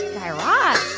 guy raz,